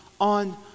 on